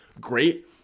great